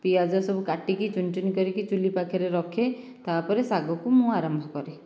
ପିଆଜ ସବୁ କାଟିକି ଚୂନ ଚୂନ କରିକି ଚୁଲି ପାଖରେ ରଖେ ତାପରେ ଶାଗକୁ ମୁଁ ଆରମ୍ଭ କରେ